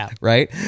right